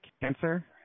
Cancer